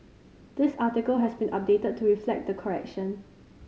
this article has been updated to reflect the correction